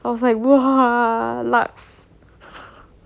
I was like !wah! lux